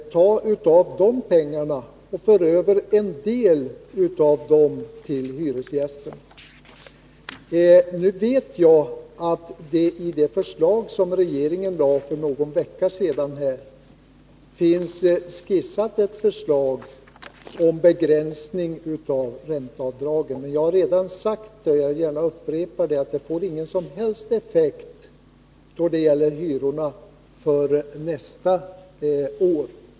Tag av de pengarna och för över en del av dem till hyresgästerna! I de förslag som regeringen lade fram för någon vecka sedan finns skissat ett förslag om begränsning av ränteavdragen. Jag har redan sagt och jag vill gärna upprepa att detta får ingen som helst effekt på hyrorna för nästa år.